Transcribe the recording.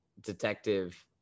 detective